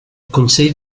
consell